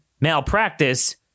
malpractice